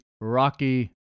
Rocky